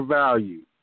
value